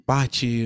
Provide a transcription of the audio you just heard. parte